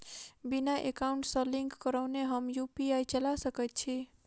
बिना एकाउंट सँ लिंक करौने हम यु.पी.आई चला सकैत छी?